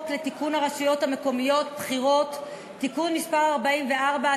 הרשויות המקומיות (בחירות) (תיקון מס' 44),